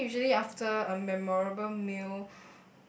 for me usually after a memorable meal